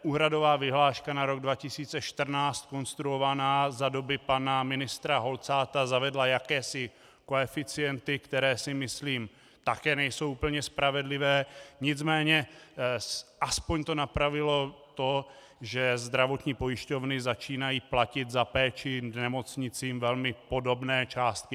Úhradová vyhláška na rok 2014, konstruovaná za doby pana ministra Holcáta, zavedla jakési koeficienty, které, myslím si, také nejsou úplně spravedlivé, nicméně aspoň to napravilo to, že zdravotní pojišťovny začínají platit za péči nemocnicím velmi podobné částky.